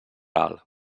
alt